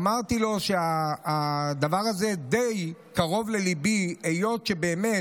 ואמרתי לו שהדבר הזה די קרוב לליבי, היות שבאמת